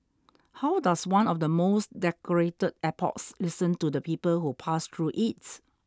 how does one of the most decorated airports listen to the people who pass through it